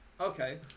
Okay